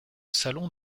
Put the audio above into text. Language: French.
salon